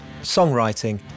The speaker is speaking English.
songwriting